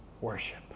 worship